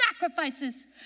sacrifices